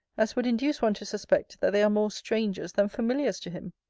as would induce one to suspect that they are more strangers than familiars to him.